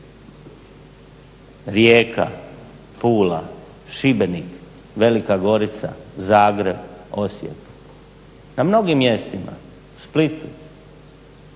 Rijeka, Pula, Šibenik, Velika Gorica, Zagreb, Osijek, na mnogim mjestima, u Splitu